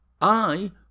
I